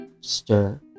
stir